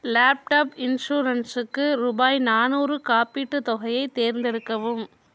laptop இன்சூரன்ஸுக்கு ரூபாய் நானூறு காப்பீட்டுத் தொகையை தேர்ந்தெடுக்கவும்